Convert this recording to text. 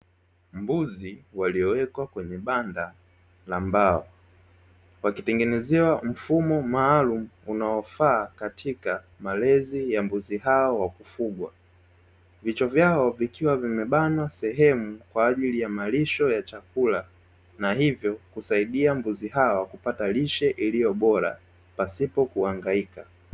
Mbuzi waliowekwa kwenye banda la mbao wakitengenezewa mfumo maalumu unaofaa katika malezi ya mbuzi hao wakufugwa, vichwa vyao vikiwa vimebanwa sehemu kwa ajili ya malisho ya chakula na hivyo kusaidia mbuzi hao kupata lishe iliyobora pasipo kuangaika.